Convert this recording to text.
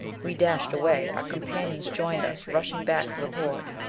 we dashed away. our companions joined us, rushing back for the port.